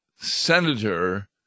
senator